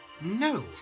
No